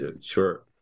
Sure